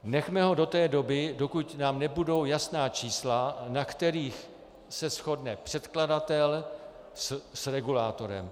Nechme ho do té doby, dokud nám nebudou jasná čísla, na kterých se shodne předkladatel s regulátorem.